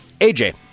AJ